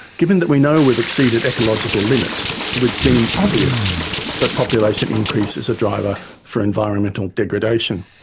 given that we know we have exceeded ecological limits, it would seem obvious that population increase is a driver for environmental degradation.